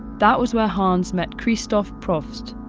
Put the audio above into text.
that was where hans met christoph probst,